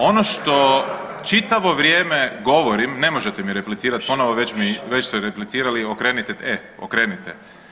Ono što čitavo vrijeme govorim, ne možete mi replicirati ponovo, već mi, već ste replicirati, okrenite, e okrenite.